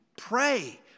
Pray